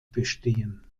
bestehen